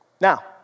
Now